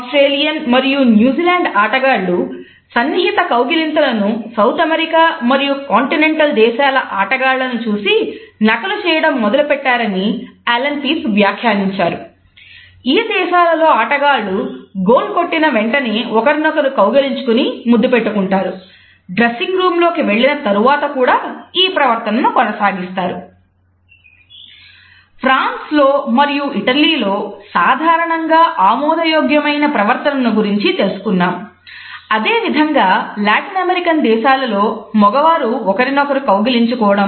British లోకి వెళ్లిన తరువాత కూడా ఈ ప్రవర్తనను కొనసాగిస్తారు